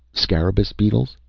scarabeus beetles.